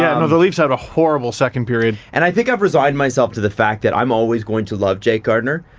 no, the leafs had a horrible second period and i think i've resigned myself to the fact that i'm always going to love jake gardiner,